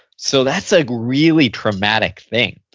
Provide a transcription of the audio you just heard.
so, that's a really traumatic thing.